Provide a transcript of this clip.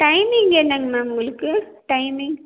timing என்னங்க ma'am உங்களுக்கு timing